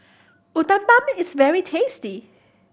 uthapam is very tasty